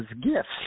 gifts